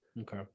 Okay